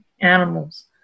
animals